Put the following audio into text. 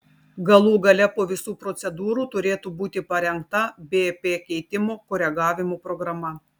galų gale po visų procedūrų turėtų būti parengta bp keitimo koregavimo programa